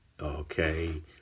okay